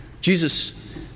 Jesus